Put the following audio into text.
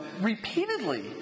repeatedly